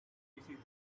decisions